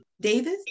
Davis